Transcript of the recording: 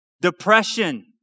depression